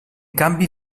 canvi